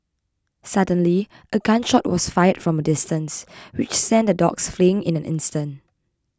suddenly a gun shot was fired from a distance which sent the dogs fleeing in an instant